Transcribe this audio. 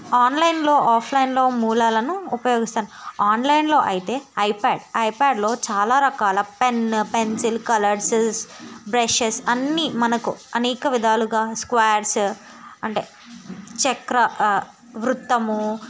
ఆన్లైన్లో ఆఫ్లైన్లో మూలాలను ఉపయోగిస్తాను ఆన్లైన్లో అయితే ఐప్యాడ్ ఐప్యాడ్లో చాలా రకాల పెన్ పెన్సిల్ కలర్స్ బ్రషెస్ అన్నీ మనకు అనేక విధాలుగా స్క్వేర్స్ అంటే చక్ర వృత్తము